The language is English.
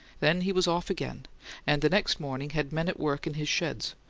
then he was off again and the next morning had men at work in his sheds,